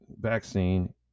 vaccine